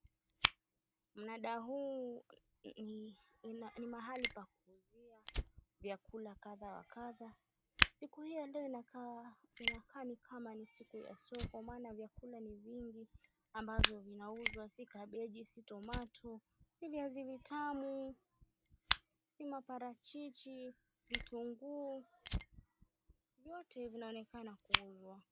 Mnada huu ni mahali pa kuuzia vyakula kadha wa kadha. Siku hii ya leo inakaa ni kama ni siku ya soko maana vyakula ni vingi ambavyo vinauzwa si kabeji, si tomato , si viazi vitamu, si maparachichi, vitunguu vyote vinaonekana kuzwa.